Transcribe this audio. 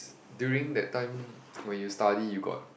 during that time when you study you got